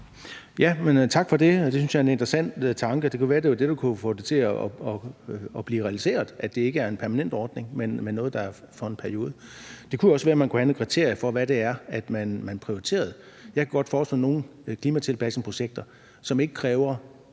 Tak for det. Det synes jeg er en interessant tanke. Det kunne være, det var det, der kunne få det til at blive realiseret, altså at det ikke er en permanent ordning, men noget, der gælder for en periode. Det kunne også være, man kunne have nogle kriterier for, hvad det er, man prioriterer. Jeg kunne godt forestille mig nogle klimatilpasningsprojekter, som ikke kræver